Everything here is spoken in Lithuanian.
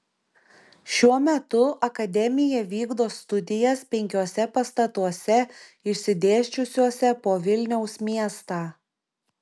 šiuo metu akademija vykdo studijas penkiuose pastatuose išsidėsčiusiuose po vilniaus miestą